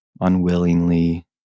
unwillingly